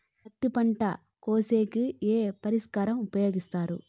పత్తి పంట కోసేకి ఏ పరికరం ఉపయోగిస్తారు?